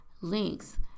links